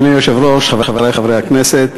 אדוני היושב-ראש, חברי חברי הכנסת,